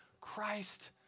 Christ